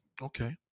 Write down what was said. Okay